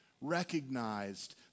recognized